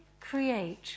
create